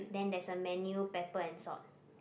then there's a menu pepper and salt